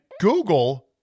Google